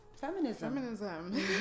feminism